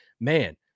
man